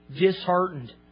disheartened